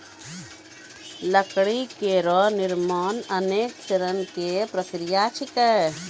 लकड़ी केरो निर्माण अनेक चरण क प्रक्रिया छिकै